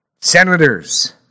senators